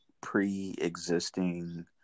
pre-existing